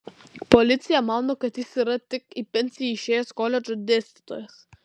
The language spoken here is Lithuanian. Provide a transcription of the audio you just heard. policija mano kad jis yra tik į pensiją išėjęs koledžo dėstytojas